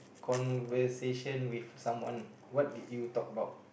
conversation with someone what did you talk about